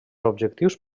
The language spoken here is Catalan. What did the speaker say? objectius